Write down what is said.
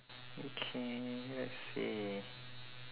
okay let's see